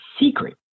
secret